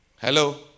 Hello